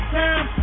time